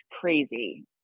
crazy